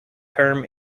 term